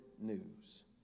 news